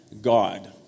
God